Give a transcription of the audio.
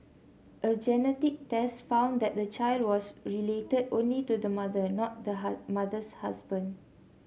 a genetic test found that the child was related only to the mother not the mother's husband